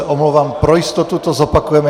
Omlouvám se, pro jistotu to zopakujeme.